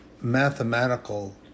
mathematical